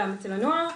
גם אצל הנוער.